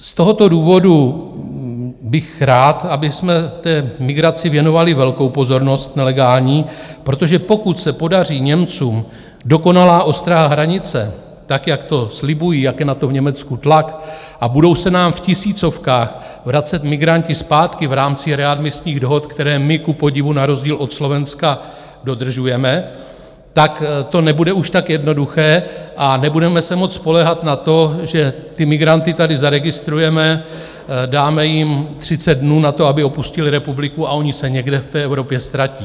Z tohoto důvodu bych rád, abychom nelegální migraci věnovali velkou pozornost, protože pokud se podaří Němcům dokonalá ostraha hranice, tak jak to slibují, jak je na to v Německu tlak, a budou se nám v tisícovkách vracet migranti zpátky v rámci readmisních dohod, které my kupodivu na rozdíl od Slovenska dodržujeme, tak to nebude už tak jednoduché a nebudeme se moct spoléhat na to, že ty migranty tady zaregistrujeme, dáme jim 30 dnů na to, aby opustili republiku, a oni se někde v Evropě ztratí.